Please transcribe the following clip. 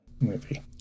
movie